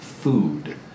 food